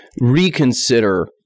reconsider